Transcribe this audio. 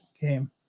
game